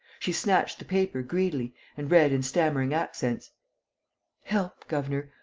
she snatched the paper greedily and read in stammering accents help, governor.